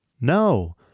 No